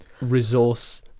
resource